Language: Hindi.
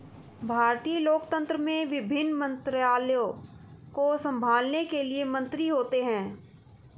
भारतीय लोकतंत्र में विभिन्न मंत्रालयों को संभालने के लिए मंत्री होते हैं